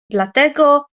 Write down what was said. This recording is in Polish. dlatego